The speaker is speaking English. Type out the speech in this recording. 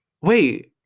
wait